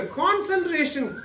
concentration